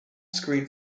screen